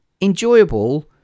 enjoyable